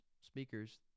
speakers